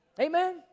Amen